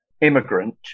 immigrant